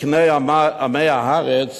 זקני עמי הארץ,